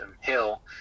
Hill